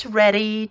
ready